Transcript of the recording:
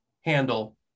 handle